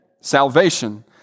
salvation